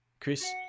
Chris